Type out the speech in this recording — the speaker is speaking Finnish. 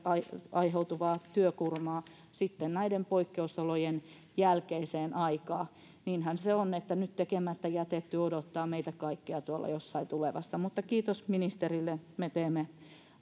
aiheutuvaa työkuormaa sitten näiden poikkeusolojen jälkeiseen aikaan niinhän se on että nyt tekemättä jätetty odottaa meitä kaikkia tuolla jossain tulevassa mutta kiitos ministerille me teemme